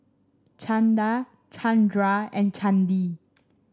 Chanda Chandra and Chandi